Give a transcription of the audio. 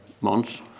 months